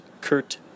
Kurt